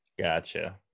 Gotcha